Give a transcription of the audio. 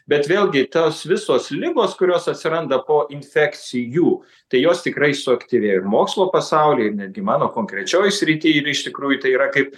bet vėlgi tos visos ligos kurios atsiranda po infekcijų tai jos tikrai suaktyvėjo ir mokslo pasauly ir netgi mano konkrečioj srity yra iš tikrųjų tai yra kaip